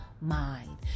mind